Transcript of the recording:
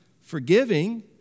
forgiving